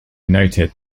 noted